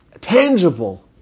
tangible